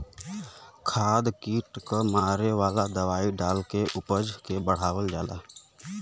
खाद कीट क मारे वाला दवाई डाल के उपज के बढ़ावल जाला